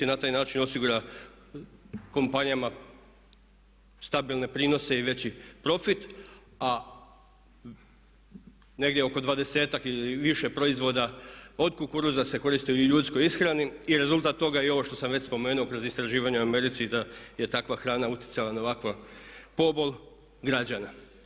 Na taj način osigura kompanijama stabilne prinose i veći profit, a negdje oko dvadesetak ili više proizvoda od kukuruza se koristi u ljudskoj ishrani i rezultat toga je i ovo što sam već spomenuo kroz istraživanja u Americi da je takva hrana utjecala na ovakav pobol građana.